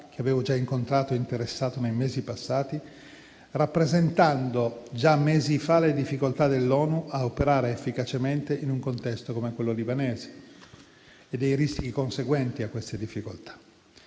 che avevo già incontrato e interessato nei mesi passati, rappresentando le difficoltà dell'ONU ad operare efficacemente in un contesto come quello libanese e i rischi conseguenti a queste difficoltà.